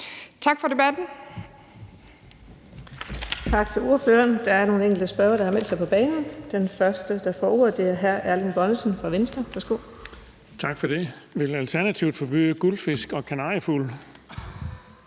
Tak for debatten.